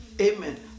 Amen